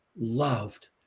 loved